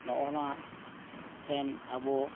ᱱᱚᱜ ᱱᱚᱣᱟ ᱴᱷᱮᱱ ᱟᱵᱚ